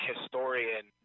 historian